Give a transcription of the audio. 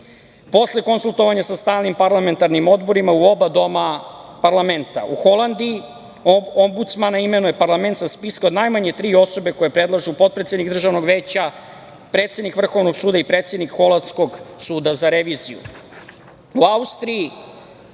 posle konsultovanja sa stalnim parlamentarnim odborima u oba doma parlamenta. U Holandiji Ombudsmana imenuje parlament sa spiska od najmanje tri osobe koje predlažu potpredsednik Državnog veća, predsednik Vrhovnog suda i predsednik Holandskog suda za reviziju. U Austriji